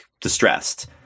distressed